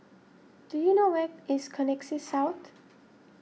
do you know where is Connexis South